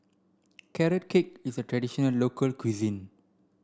carrot cake is a traditional local cuisine